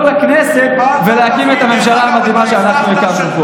לכנסת ולהקים את הממשלה המדהימה שאנחנו הקמנו פה.